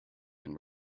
and